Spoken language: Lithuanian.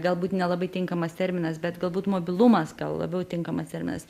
galbūt nelabai tinkamas terminas bet galbūt mobilumas gal labiau tinkamas terminas